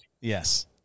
Yes